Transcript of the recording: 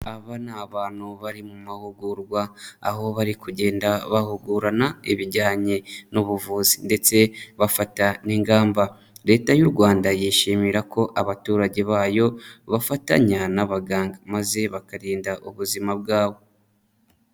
Aba ni abantu bari mu mahugurwa aho bari kugenda bahugurana ibijyanye n'ubuvuzi ndetse bafata n'ingamba, Leta y'u Rwanda yishimira ko abaturage bayo bafatanya n'abaganga maze bakarinda ubuzima bwabo.